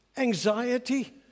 Anxiety